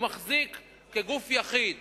תחשוב שהוא מחזיק כגוף יחיד